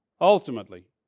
ultimately